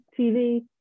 TV